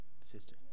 sister